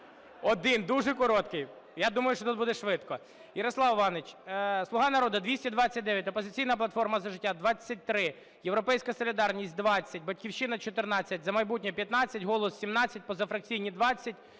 Один дуже короткий. Я думаю, що тут буде швидко.